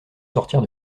sortirent